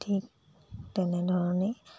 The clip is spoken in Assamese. ঠিক তেনেধৰণে